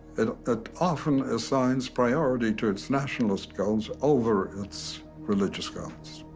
it often assigns priority to its nationalist goals over its religious goals.